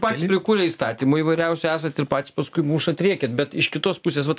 patys prikūrę įstatymų įvairiausių esat ir patys paskui mušat rėkiat bet iš kitos pusės vat